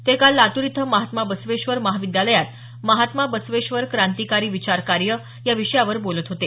ते काल लातूर इथं महात्मा बसवेश्वर महाविद्यालयात महात्मा बसवेश्वर क्रांतिकारी विचार कार्य या विषयावर बोलत होते